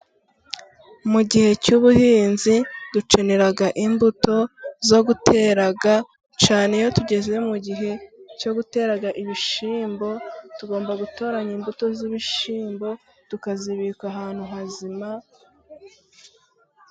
Mu gihe cy'ubuhinzi dukenera imbuto zo gu gutera cyane iyo tugeze mu gihe cyo gutera ibishyimbo. Tugomba gutoranya imbuto z'ibishyimbo tukazibika ahantu hazima.